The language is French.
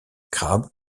crabe